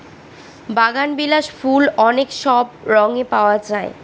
বাগানবিলাস ফুল অনেক সব রঙে পাওয়া যায়